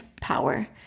power